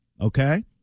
okay